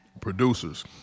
producers